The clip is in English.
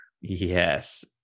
Yes